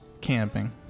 camping